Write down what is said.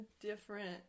different